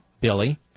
Billy